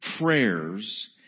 prayers